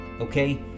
Okay